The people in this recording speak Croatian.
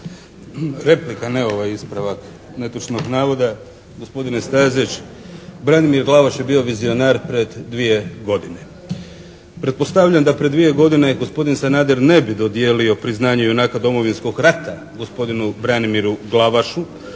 Replika, ne ovaj ispravak netočnog navoda. Gospodine Stazić Branimir Glavaš je bio vizionar pred dvije godine. Pretpostavljam da pred dvije godine gospodin Sanader ne bi dodijelio priznanje junaka Domovinskog rata gospodinu Branimiru Glavašu,